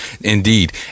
indeed